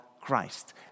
Christ